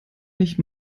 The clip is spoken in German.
nicht